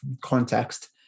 context